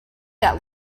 that